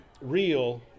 real